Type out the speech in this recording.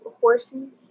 horses